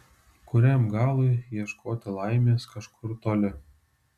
kuriam galui ieškoti laimės kažkur toli